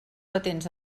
patents